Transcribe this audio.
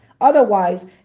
Otherwise